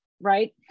right